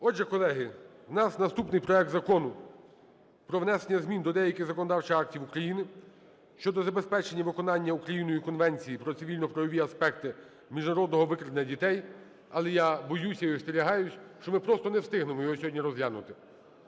Отже, колеги, у нас наступний проект Закону про внесення змін до деяких законодавчих актів України щодо забезпечення виконання Україною Конвенції про цивільно-правові аспекти міжнародного викрадення дітей. Але я боюся і остерігаюся, що ми просто не встигнемо його сьогодні розглянути.